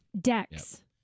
Decks